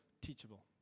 teachable